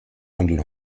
handeln